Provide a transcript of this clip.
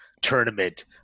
tournament